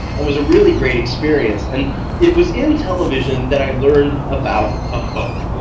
it was a really great experience and it was in television that i learned about a hook.